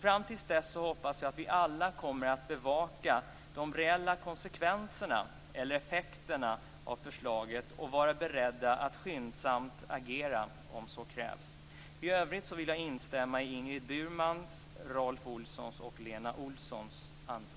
Fram till dess hoppas jag att vi alla kommer att bevaka de reella konsekvenserna - eller effekterna - av förslaget och vara beredda att skyndsamt agera om så krävs. I övrigt vill jag instämma i Ingrid Burmans, Rolf